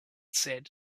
said